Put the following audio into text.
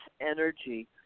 energy